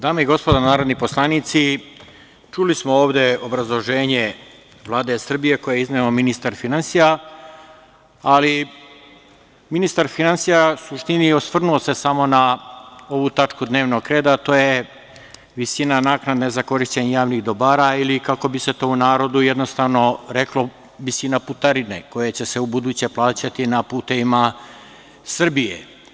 Dame i gospodo narodni poslanici, čuli smo ovde obrazloženje Vlade Srbije koje je izneo ministar finansija, ali ministar finansija u suštini osvrnuo se samo na ovu tačku dnevnog reda, a to je visina naknade za korišćenje javnih dobara ili kako bi se to u narodu jednostavno reklo visina putarine koja će se u buduće plaćati na putevima Srbije.